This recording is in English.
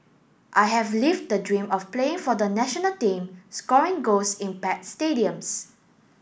I have lived the dream of playing for the national team scoring goals in packed stadiums